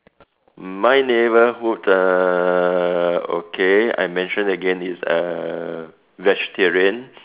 my neighborhood uh okay I mention again it's uh vegetarian